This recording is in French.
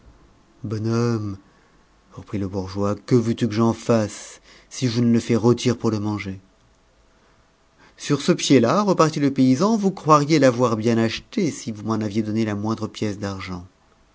reprit le bourgeois que veux-tu que j'en fasse si je ne e fais rôtir pour le manger sur ce pied-là repartit le paysan vous croiriez l'avoir bien acheté si vous m'en aviez donné la moindre pièce d'argent